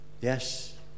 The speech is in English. Yes